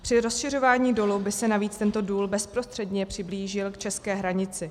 Při rozšiřování dolu by se navíc tento důl bezprostředně přiblížil k české hranici.